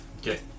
Okay